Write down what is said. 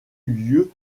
lieu